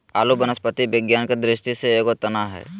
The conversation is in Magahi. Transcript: आलू वनस्पति विज्ञान के दृष्टि से एगो तना हइ